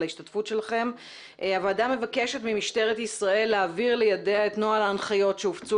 ההשתתפות; הוועדה מבקשת ממשטרת ישראל להעביר לידיה את נוהל ההנחיות שהופצו